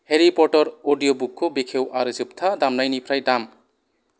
हेरिपटार अदिअ बुकखौ बेखेव आरो जोबथा दामनायनिफ्राय दाम